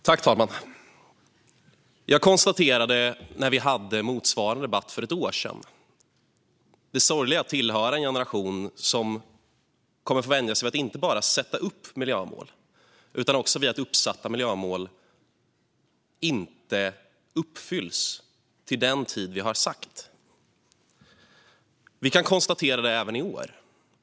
Herr talman! Jag konstaterade när vi hade motsvarande debatt för ett år sedan det sorgliga i att tillhöra en generation som kommer att få vänja sig inte bara vid att sätta upp miljömål utan också vid att uppsatta miljömål inte uppfylls till den tid vi har sagt. Vi kan konstatera det även i år.